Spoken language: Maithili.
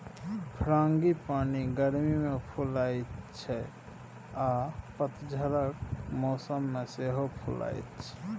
फ्रांगीपानी गर्मी मे फुलाइ छै आ पतझरक मौसम मे सेहो फुलाएत छै